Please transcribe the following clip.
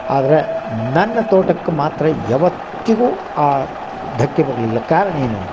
ಆದರೆ ನನ್ನ ತೋಟಕ್ಕೆ ಮಾತ್ರ ಯವತ್ತಿಗೂ ಆ ಧಕ್ಕೆ ಬರಲಿಲ್ಲ ಕಾರಣ ಏನು